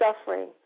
suffering